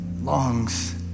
longs